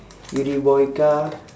yuri boyka